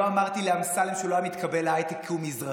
לא אמרתי לאמסלם שהוא לא היה מתקבל להייטק כי הוא מזרחי,